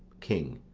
king.